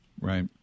right